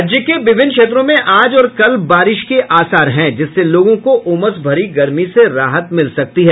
राज्य के विभिन्न क्षेत्रों में आज और कल बारिश के आसार हैं जिससे लोगो को उमस भरी गर्मी से राहत मिल सकती है